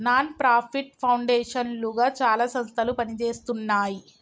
non profit foundation లుగా చాలా సంస్థలు పనిజేస్తున్నాయి